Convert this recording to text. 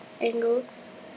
angles